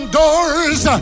doors